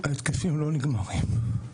ההתקפים לא נגמרים,